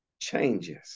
changes